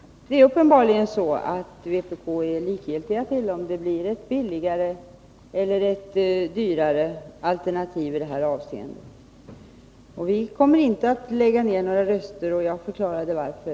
Det är uppenbarligen så att vpk är likgiltigt till frågan om det blir ett billigare eller ett dyrare alternativ. Vi kommer inte att lägga ner våra röster. Jag förklarade varför.